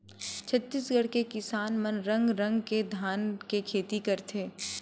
छत्तीसगढ़ के किसान मन रंग रंग के धान के खेती करथे